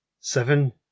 seven